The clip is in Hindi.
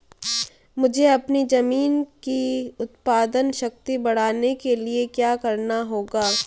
मुझे अपनी ज़मीन की उत्पादन शक्ति बढ़ाने के लिए क्या करना होगा?